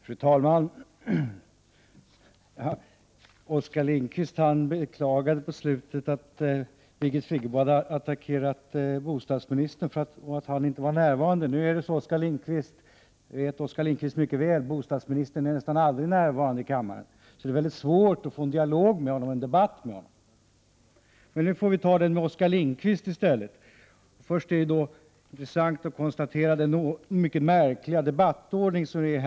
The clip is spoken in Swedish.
Fru talman! Oskar Lindkvist beklagade på slutet av sitt anförande att Birgit Friggebo hade attackerat bostadsministern fastän han inte var närvarande. Nu är det så, Oskar Lindkvist, att bostadsministern nästan aldrig är närvarande i kammaren, och det vet Oskar Lindkvist mycket väl. Det är alltså väldigt svårt att få en dialog eller debatt till stånd med bostadsministern. Nu får vi ha debatten med Oskar Lindkvist i stället. Det är till att börja med mycket intressant att konstatera den mycket märkliga debattordning som gäller.